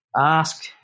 ask